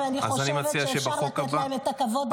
ואני חושבת שאפשר לתת להם את הכבוד הראוי.